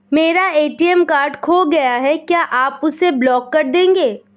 मेरा ATM card खो गया है क्या आप उसे ब्लॉक कर देंगे?